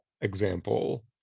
example